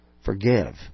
Forgive